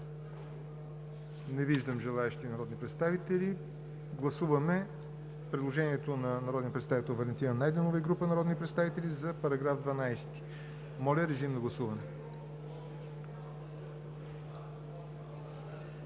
Не виждам желаещи народни представители. Гласуваме предложението на народния представител Валентина Найденова и група народни представители за § 12. Гласували